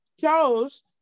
chose